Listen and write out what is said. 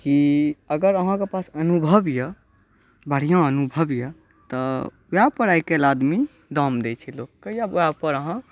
कि अगर अहाँके पास अनुभव यऽ बढ़िऑं अनुभव यऽ तऽ वएह पढ़ाइ कयल आदमी दाम दै छै लोकके या वएह पर अहाँ